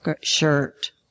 shirt